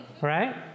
right